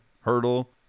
Hurdle